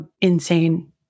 insane